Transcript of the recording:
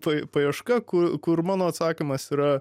tai paieška kur kur mano atsakymas yra